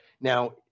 Now